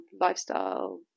lifestyle